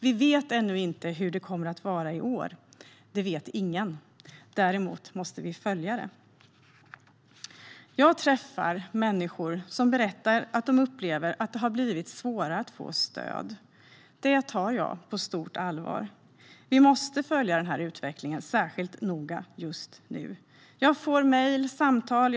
Vi vet ännu inte hur det kommer att vara i år - det vet ingen. Däremot måste vi följa det. Jag träffar människor som berättar att de upplever att det har blivit svårare att få stöd. Det tar jag på stort allvar. Vi måste följa utvecklingen särskilt noga just nu. Jag får mejl och samtal.